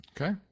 Okay